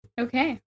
Okay